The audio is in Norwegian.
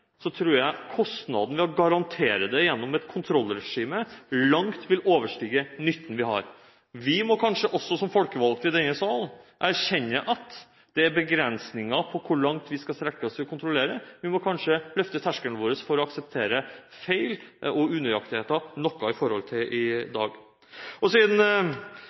tror jeg kostnadene ved å garantere det gjennom et kontrollregime langt vil overstige nytten. Vi må kanskje også som folkevalgte i denne sal erkjenne at det er begrensninger på hvor langt vi skal strekke oss i å kontrollere, vi må kanskje endre terskelen vår for å akseptere feil og unøyaktigheter noe i forhold til i dag. Siden